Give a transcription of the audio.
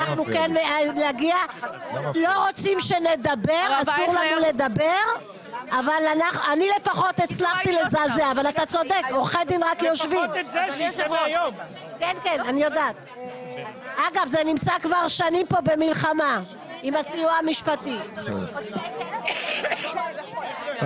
הישיבה ננעלה בשעה 11:10.